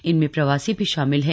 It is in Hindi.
इनमें प्रवासी भी शामिल हैं